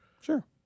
sure